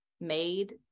made